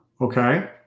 Okay